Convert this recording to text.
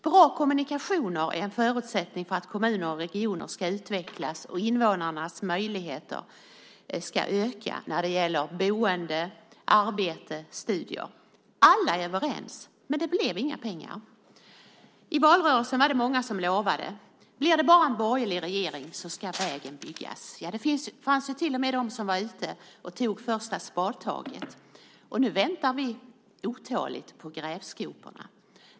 Bra kommunikationer är en förutsättning för att kommuner och regioner ska utvecklas och invånarnas möjligheter öka när det gäller boende, arbete och studier. Alla är överens - men det blev inga pengar. I valrörelsen var det många som lovade att blir det bara en borgerlig regering så ska vägen byggas. Det fanns till och med de som var ute och tog första spadtaget. Nu väntar vi otåligt på grävskoporna.